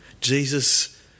Jesus